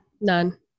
None